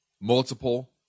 Multiple